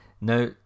Now